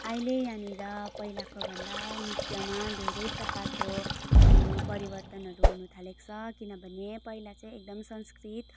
अहिले यहाँनिर पहिलाको भन्दा नृत्यमा धेरै प्रकारको उयो परिवर्तनहरू हुन थालेको छ किनभने पहिला चाहिँ एकदमै संस्कृत